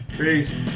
Peace